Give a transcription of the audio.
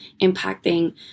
impacting